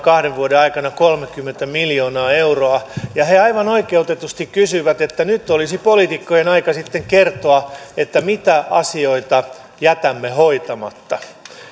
kahden vuoden aikana kolmekymmentä miljoonaa euroa ja he aivan oikeutetusti kysyvät ja nyt olisi poliitikkojen aika sitten kertoa mitä asioita jätämme hoitamatta